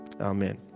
Amen